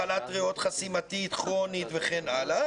מחלת ריאות חסימתית כרונית וכן הלאה,